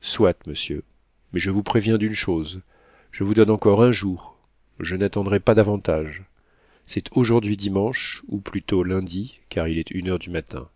soit monsieur mais je vous préviens d'une chose je vous donne encore un jour je n'attendrai pas davantage c'est aujourd'hui dimanche ou plutôt lundi car il est une heure du matin